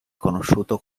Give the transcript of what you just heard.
conosciuto